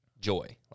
joy